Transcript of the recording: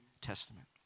Testament